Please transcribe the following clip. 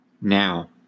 now